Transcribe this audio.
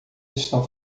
estão